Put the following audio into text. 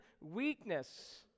weakness